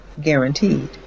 guaranteed